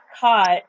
caught